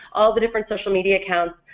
all the different social media accounts,